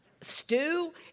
stew